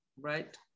Right